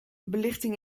belichting